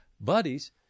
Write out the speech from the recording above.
Buddies